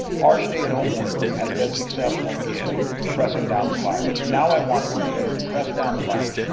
our stay-at-home order has been successful in pressing down the virus. now, i want it to be able to press down the virus,